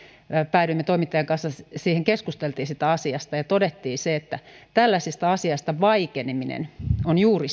päädyimme toimittajan kanssa siihen keskusteltiin siitä asiasta ja todettiin se että tällaisesta asiasta vaikeneminen on juuri